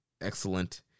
Excellent